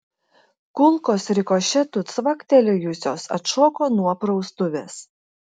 kulkos rikošetu cvaktelėjusios atšoko nuo praustuvės